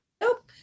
nope